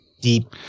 deep